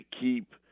keep